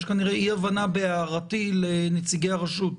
יש כנראה אי-הבנה בהערתי לנציגי הרשות.